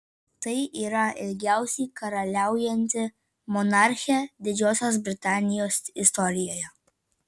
tai yra ilgiausiai karaliaujanti monarchė didžiosios britanijos istorijoje